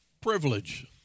privilege